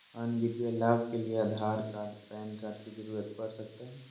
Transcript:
अन्य वित्तीय लाभ के लिए आधार कार्ड पैन कार्ड की जरूरत पड़ सकता है?